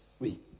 oui